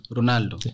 Ronaldo